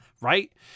right